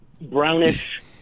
brownish